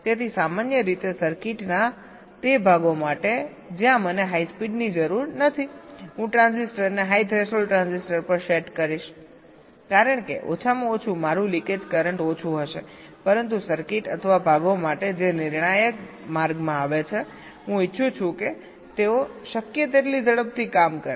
તેથી સામાન્ય રીતે સર્કિટના તે ભાગો માટે જ્યાં મને હાઇ સ્પીડની જરૂર નથી હું ટ્રાંઝિસ્ટરને હાઇ થ્રેશોલ્ડ ટ્રાન્ઝિસ્ટર પર સેટ કરીશકારણ કે ઓછામાં ઓછું મારુંલિકેજ કરંટ ઓછું હશે પરંતુ સર્કિટ અથવા ભાગો માટે જે નિર્ણાયક માર્ગમાં આવે છે હું ઇચ્છું છું કે તેઓ શક્ય તેટલી ઝડપથી કામ કરે